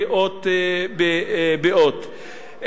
אות באות.